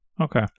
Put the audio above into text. Okay